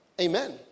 Amen